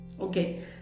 Okay